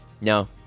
No